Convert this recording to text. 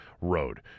road